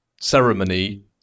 ceremony